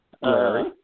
Larry